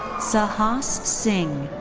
sahas singh.